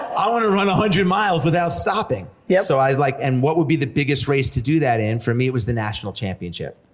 i run a hundred miles without stopping. yeah. so i like, and what would be the biggest race to do that in, for me it was the national championship.